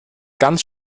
ganz